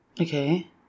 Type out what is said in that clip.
Okay